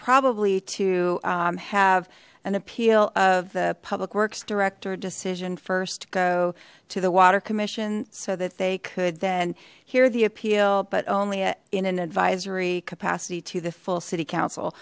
probably to have an appeal of the public works director decision first go to the water commission so that they could then hear the appeal but only in an advisory capacity to the full city council